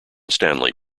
stanley